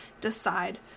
decide